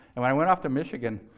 when i went off to michigan,